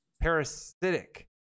parasitic